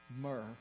myrrh